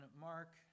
Mark